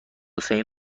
حسین